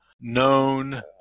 known